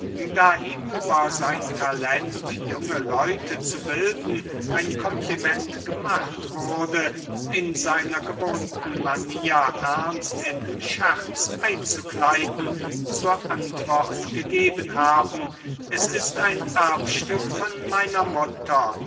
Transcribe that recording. da ihm über sein talent junge leute zu bilden ein kompliment gemacht wurde in seiner gewohnten manier ernst in scherz einzukleiden zur antwort gegeben haben es ist ein erbstück von meiner mutter